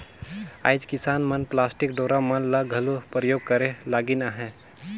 आएज किसान मन पलास्टिक डोरा मन ल घलो परियोग करे लगिन अहे